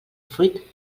fruit